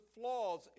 flaws